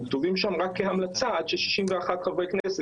הם כתובים שם רק כהמלצה עד ש-61 חברי כנסת